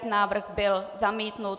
Návrh byl zamítnut.